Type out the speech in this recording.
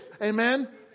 Amen